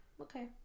Okay